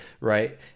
Right